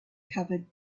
covered